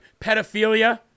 Pedophilia